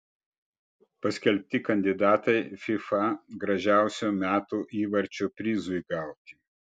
paskelbti kandidatai fifa gražiausio metų įvarčio prizui gauti